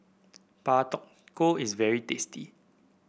Pak Thong Ko is very tasty